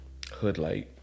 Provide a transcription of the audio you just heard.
Hoodlight